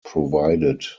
provided